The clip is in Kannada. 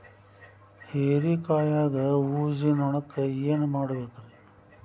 ಹೇರಿಕಾಯಾಗ ಊಜಿ ನೋಣಕ್ಕ ಏನ್ ಮಾಡಬೇಕ್ರೇ?